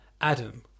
Adam